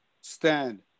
stand